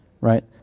right